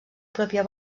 pròpia